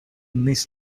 miss